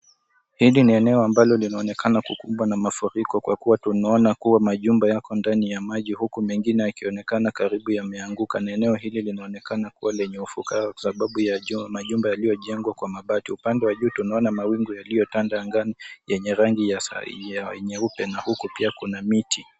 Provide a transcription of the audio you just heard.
Hili ni eneo ambalo linaonekana kukumbwa na mafuriko kwa kuwa tunaona kuwa majumba yako ndani ya maji huku mengine yakionekana karibu yameanguka na eneo hili linaonekana kuwa lenye ufukara kwa sababu ya choo, majumba yaliyojengwa kwa mabati. upande wa juu tunaona mawingu yaliyotanda angani yenye rangi nyeupe na huku pia Kuna miti.